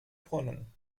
brunnen